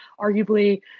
arguably